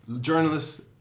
journalists